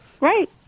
right